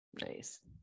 Nice